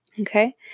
Okay